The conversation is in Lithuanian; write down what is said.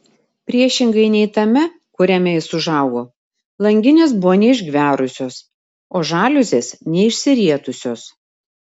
priešingai nei tame kuriame jis užaugo langinės buvo neišgverusios o žaliuzės neišsirietusios